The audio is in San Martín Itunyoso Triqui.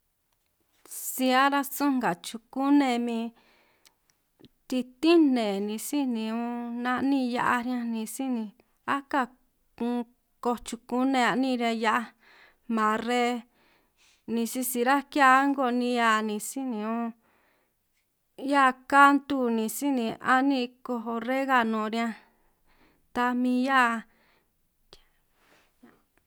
Si aránj sun nga chukune min titín nne ni síj ni unn na'nin hia'aj riñan ni síj ni aka un, koj chukune a'nin riñan hia'aj marre ni sisi ráj ki'hia a'ngo nihia ni síj ni unn, 'hia kantu ni síj ni a'nin koj oregano riñan ta min 'hia.